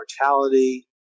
mortality